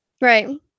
right